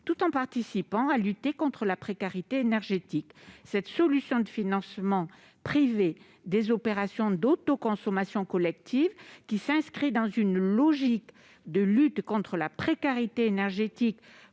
tout en participant à lutter contre la précarité énergétique. Cette solution de financement privé des opérations d'autoconsommation collective, qui s'inscrit dans une logique de lutte contre la précarité énergétique